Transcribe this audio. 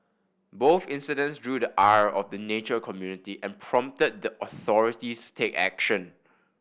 both incidents drew the ire of the nature community and prompted the authorities to take action